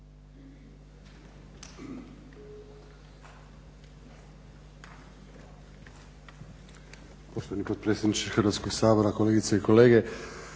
Hvala vam